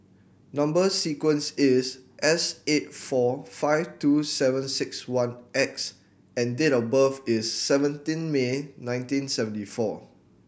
number sequence is S eight four five two seven six one X and date of birth is seventeen May nineteen seventy four